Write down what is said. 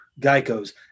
Geico's